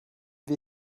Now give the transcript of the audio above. wir